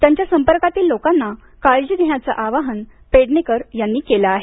त्यांच्या संपर्कातील लोकांना काळजी घेण्याचं आवाहन पेडणेकर यांनी केलं आहे